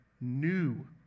new